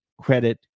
credit